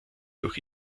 durch